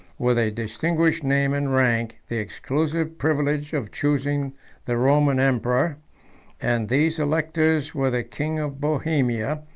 with a distinguished name and rank, the exclusive privilege of choosing the roman emperor and these electors were the king of bohemia,